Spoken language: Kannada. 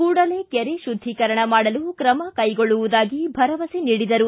ಕೂಡಲೇ ಕೆರೆ ಶುದ್ದೀಕರಣ ಮಾಡಲು ಕ್ರಮ ಕೈಗೊಳ್ಳುವುದಾಗಿ ಭರವಸೆ ನೀಡಿದರು